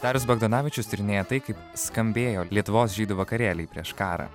darius bagdonavičius tyrinėja tai kaip skambėjo lietuvos žydų vakarėliai prieš karą